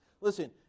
Listen